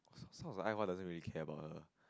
sounds like Ai Hua doesn't really care about her